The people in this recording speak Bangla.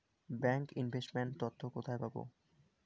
ব্যাংক ইনভেস্ট মেন্ট তথ্য কোথায় পাব?